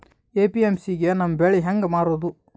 APMC ಗೆ ನಮ್ಮ ಬೆಳಿ ಹೆಂಗ ಮಾರೊದ?